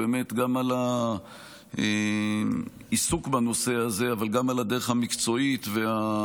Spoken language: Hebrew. גם על העיסוק בנושא הזה אבל גם על הדרך המקצועית והמאוד-נכונה,